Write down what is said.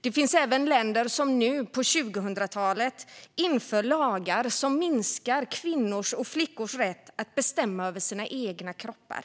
Det finns även länder som nu, på 2000-talet, inför lagar som minskar kvinnors och flickors rätt att bestämma över sina kroppar.